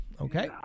Okay